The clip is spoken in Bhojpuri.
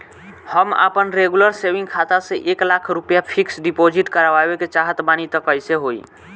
हम आपन रेगुलर सेविंग खाता से एक लाख रुपया फिक्स डिपॉज़िट करवावे के चाहत बानी त कैसे होई?